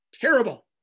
Terrible